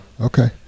Okay